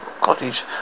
cottage